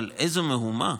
אבל איזו מהומה.